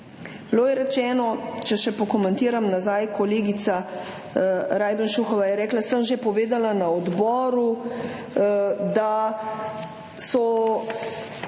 Bilo je rečeno, če še pokomentiram nazaj, kolegica Rajbenšujeva je rekla, da je že povedala na odboru, da so se po